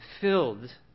filled